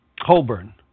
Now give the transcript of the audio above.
Holborn